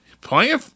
playing